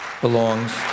belongs